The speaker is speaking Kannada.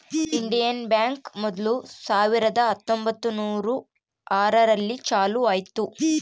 ಇಂಡಿಯನ್ ಬ್ಯಾಂಕ್ ಮೊದ್ಲು ಸಾವಿರದ ಹತ್ತೊಂಬತ್ತುನೂರು ಆರು ರಲ್ಲಿ ಚಾಲೂ ಆಯ್ತು